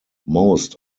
most